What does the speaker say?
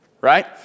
Right